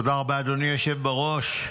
תודה רבה, אדוני היושב בראש.